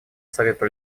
совету